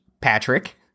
Patrick